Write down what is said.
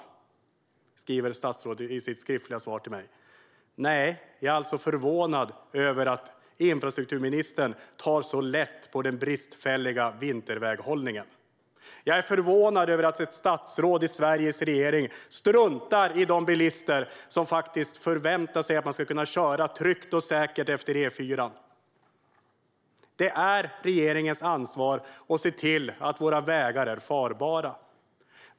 Det skriver statsrådet i sitt skriftliga svar till mig. Nej, jag är förvånad över att infrastrukturministern tar så lätt på den bristfälliga vinterväghållningen. Jag är förvånad över att ett statsråd i Sveriges regering struntar i de bilister som förväntar sig att de ska kunna köra tryggt och säkert efter E4:an. Det är regeringens ansvar att se till att våra vägar är farbara.